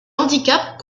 handicap